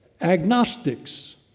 agnostics